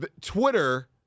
Twitter